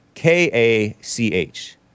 K-A-C-H